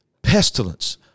Pestilence